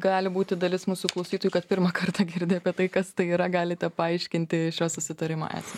gali būti dalis mūsų klausytojų kad pirmą kartą girdi apie tai kas tai yra galite paaiškinti šio susitarimo esmę